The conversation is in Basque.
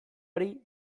hori